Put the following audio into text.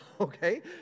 okay